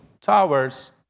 towers